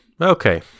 okay